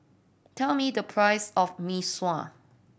tell me the price of Mee Sua